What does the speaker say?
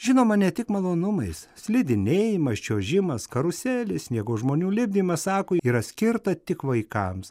žinoma ne tik malonumais slidinėjimas čiuožimas karuselės sniego žmonių lipdymas sako yra skirta tik vaikams